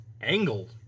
Angle